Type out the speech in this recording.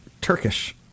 Turkish